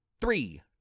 three